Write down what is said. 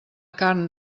carn